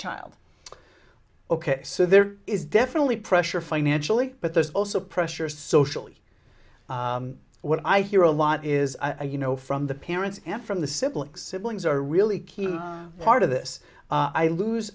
child ok so there is definitely pressure financially but there's also pressure socially what i hear a lot is you know from the parents and from the siblings siblings are really key part of this i lose